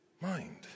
mind